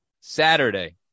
Saturday